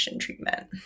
treatment